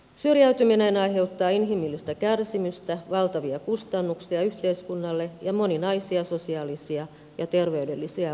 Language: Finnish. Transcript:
syrjäytyminen aiheuttaa inhimillistä kärsimystä valtavia kustannuksia yhteiskunnalle ja moninaisia sosiaalisia ja terveydellisiä ongelmia